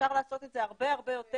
אפשר לעשות את זה הרבה הרבה יותר,